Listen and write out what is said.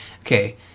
okay